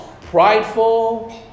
prideful